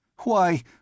Why